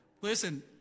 Listen